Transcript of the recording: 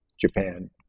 Japan